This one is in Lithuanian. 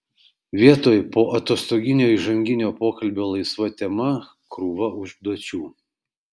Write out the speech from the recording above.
vietoj poatostoginio įžanginio pokalbio laisva tema krūva užduočių